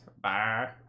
Bye